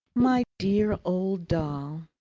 my dear old doll!